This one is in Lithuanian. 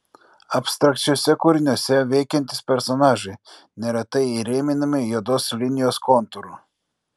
abstrakčiuose kūriniuose veikiantys personažai neretai įrėminami juodos linijos kontūru